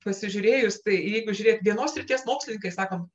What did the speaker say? pasižiūrėjus tai jeigu žiūrėt vienos srities mokslininkai sakom